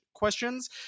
Questions